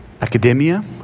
Academia